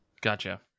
Gotcha